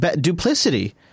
Duplicity